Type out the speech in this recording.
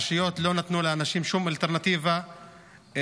הרשויות לא נתנו לאנשים שום אלטרנטיבה חלופית,